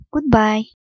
Goodbye